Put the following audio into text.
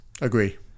Agree